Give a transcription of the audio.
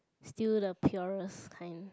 still the purest kind